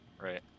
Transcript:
right